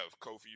Kofi